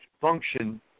function